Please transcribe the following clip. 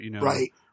Right